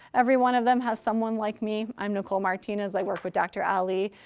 every one of them has someone like me. i'm nicole martinez, i work with dr. ali,